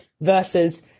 versus